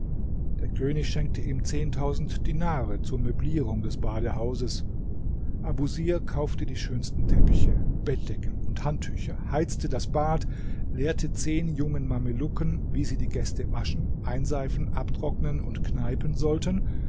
der könig schenkte ihm zehntausend dinare zur möblierung des badehauses abusir kaufte die schönsten teppiche bettdecken und handtücher heizte das bad lehrte zehn jungen mamelucken wie sie die gäste waschen einseifen abtrocknen und kneipen sollten